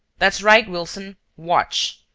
that's right, wilson watch.